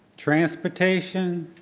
transportation,